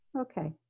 Okay